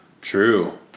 True